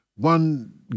One